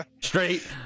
straight